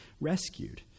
rescued